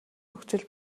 нөхцөл